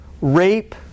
rape